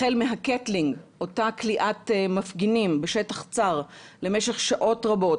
החל מהקטלינג אותה כליאת מפגינים בשטח צר למשך שעות רבות,